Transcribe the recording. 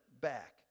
back